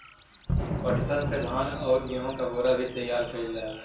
पटसन से धान आउर गेहू क बोरा भी तइयार कइल जाला